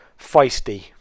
feisty